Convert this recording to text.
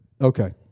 okay